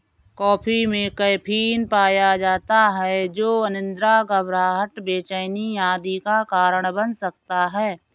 coffee में caffeine पाया जाता है जो अनिद्रा, घबराहट, बेचैनी आदि का कारण बन सकता है